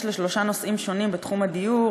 לשלושה נושאים שונים בתחום הדיור,